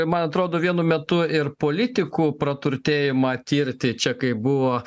man atrodo vienu metu ir politikų praturtėjimą tirti čia kaip buvo